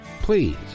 Please